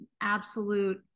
Absolute